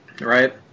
right